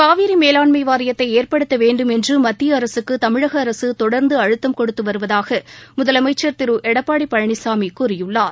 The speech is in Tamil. காவிரி மேலாண்மை வாரியத்தை ஏற்படுத்த வேண்டும் என்று மத்திய அரசுக்கு தமிழக அரசு தொடர்ந்து அழுத்தம் கொடுத்து வருவதாக முதலமைச்சர் திரு எடப்பாடி பழனிசாமி கூறியுள்ளார்